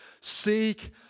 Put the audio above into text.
seek